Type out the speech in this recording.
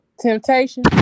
temptation